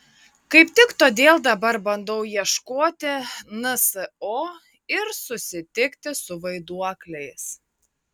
kaip tik todėl dabar bandau ieškoti nso ir susitikti su vaiduokliais